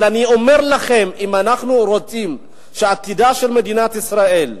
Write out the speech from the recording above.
אבל אני אומר לכם: אם אנחנו רוצים שעתידה של מדינת ישראל,